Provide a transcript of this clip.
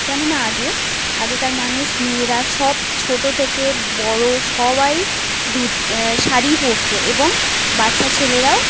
কেন না আগে আগেকার মানুষ মেয়েরা সব ছোটো থেকে বড়ো সবাই শাড়িই পরতো এবং বাচ্চা ছেলেরাও